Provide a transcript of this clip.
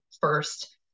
first